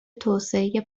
توسعه